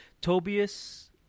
tobias